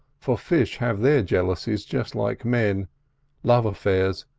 for fish have their jealousies just like men love affairs,